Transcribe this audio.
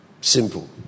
Simple